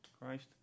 Christ